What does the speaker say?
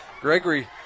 Gregory